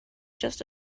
just